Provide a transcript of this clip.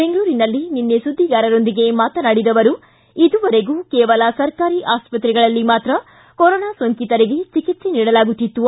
ಬೆಂಗಳೂರಿನಲ್ಲಿ ನಿನ್ನೆ ಸುದ್ದಿಗಾರರೊಂದಿಗೆ ಮಾತನಾಡಿದ ಅವರು ಇದುವರೆಗೂ ಕೇವಲ ಸರ್ಕಾರಿ ಆಸ್ಪತ್ರೆಗಳಲ್ಲಿ ಮಾತ್ರ ಕೊರೊನಾ ಸೋಂಕಿತರಿಗೆ ಚಿಕಿತ್ಸೆ ನೀಡಲಾಗುತ್ತಿತು